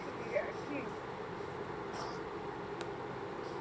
ठीक ऐ ठीक